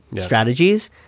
strategies